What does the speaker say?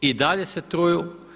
I dalje se truju.